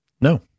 No